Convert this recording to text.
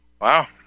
wow